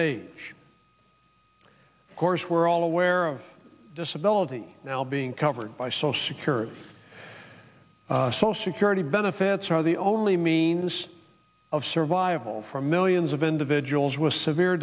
age of course we're all aware of disability now being covered by social security so security benefits are the only means of survival for millions of individuals with severe